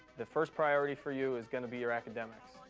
the first priority for you is going to be your academics.